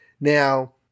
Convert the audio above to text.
Now